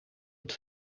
het